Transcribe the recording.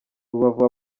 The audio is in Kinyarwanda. rubavu